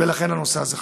ולכן הנושא הזה חשוב.